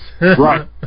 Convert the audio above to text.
Right